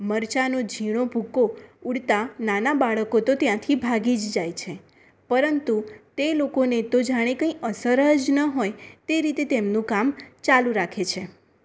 મરચાનો જીણો ભૂકો ઉડતાં નાના બાળકો તો ત્યાંથી ભાગી જ જાય છે પરંતુ તે લોકોને તો જાણે કંઈ અસર જ ન હોય તે રીતે તેમનું કામ ચાલુ રાખે છે